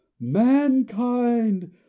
mankind